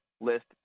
list